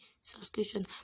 subscription